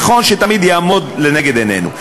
נכון, תמיד יעמוד לנגד עינינו.